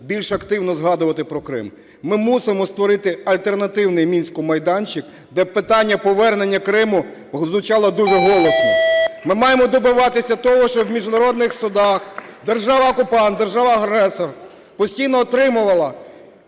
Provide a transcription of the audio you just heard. більш активно згадувати про Крим. Ми мусимо створити альтернативний Мінську майданчик, де б питання повернення Криму звучало дуже голосно. Ми маємо добиватися того, щоб в міжнародних судах держава-окупант, держава-агресор постійно отримувала